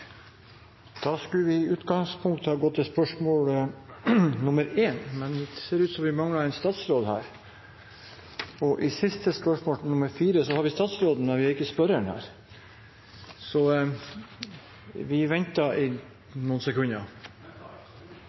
Da skulle vi i utgangspunktet ha gått til spørsmål 1, men det ser ut som vi mangler statsråden. Og i siste spørsmål, nr. 4, har vi statsråden her, men ikke spørreren. Så vi